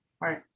Right